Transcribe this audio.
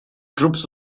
groups